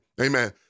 Amen